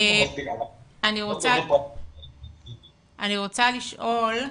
אני רוצה לשאול,